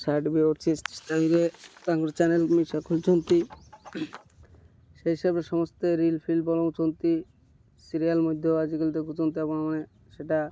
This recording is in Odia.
ସାଟ୍ବି ଅଛି ତାଙ୍କର ଚ୍ୟାନେଲ୍ ମିଶା ଖୋଲିଛନ୍ତି ସେ ହିସାବରେ ସମସ୍ତେ ରିଲ୍ ଫିଲ୍ ବନଉଛନ୍ତି ସିରିଏଲ୍ ମଧ୍ୟ ଆଜିକାଲି ଦେଖୁଛନ୍ତି ଆପଣମାନେ ସେଇଟା